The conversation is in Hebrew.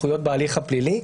זכויות בהליך הפלילי.